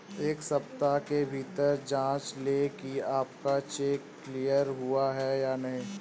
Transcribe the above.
एक सप्ताह के भीतर जांच लें कि आपका चेक क्लियर हुआ है या नहीं